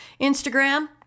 Instagram